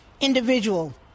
individual